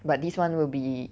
but this one will be